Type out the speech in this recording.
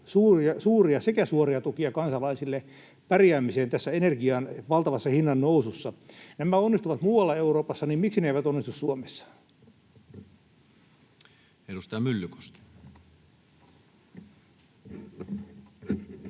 suuria sekä suoria tukia kansalaisille pärjäämiseen tässä energian valtavassa hinnan nousussa. Nämä onnistuvat muualla Euroopassa, niin miksi ne eivät onnistu Suomessa? Edustaja Myllykoski.